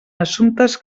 assumptes